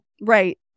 Right